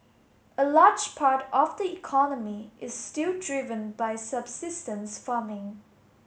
a large part of the economy is still driven by subsistence farming